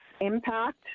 impact